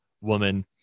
woman